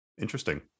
Interesting